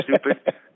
stupid